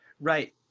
Right